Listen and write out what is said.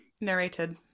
Narrated